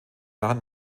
jahren